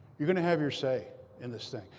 you're going to have your say in this thing.